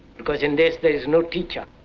because in this there is no teacher,